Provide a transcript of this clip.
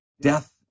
death